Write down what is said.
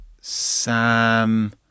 Sam